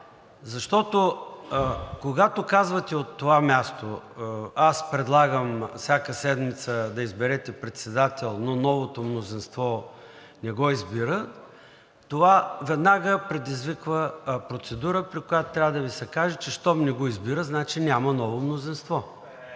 Защото, когато казвате от това място: аз предлагам всяка седмица да изберете председател, но новото мнозинство не го избира – това веднага предизвиква процедура, при която трябва да Ви се каже, че щом не го избира, значи няма ново мнозинство.